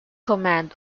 command